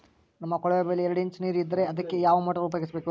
ನಮ್ಮ ಕೊಳವೆಬಾವಿಯಲ್ಲಿ ಎರಡು ಇಂಚು ನೇರು ಇದ್ದರೆ ಅದಕ್ಕೆ ಯಾವ ಮೋಟಾರ್ ಉಪಯೋಗಿಸಬೇಕು?